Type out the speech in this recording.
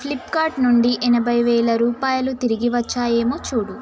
Flipkart నుండి ఎనభై వేలు రూపాయలు తిరిగివచ్చాయేమో చూడు